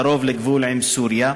קרוב לגבול עם סוריה,